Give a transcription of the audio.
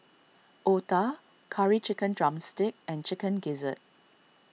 Otah Curry Chicken Drumstick and Chicken Gizzard